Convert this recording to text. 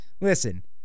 listen